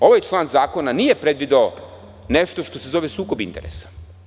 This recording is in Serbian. Ovaj član zakona nije predvideo nešto što se zove sukob interesa.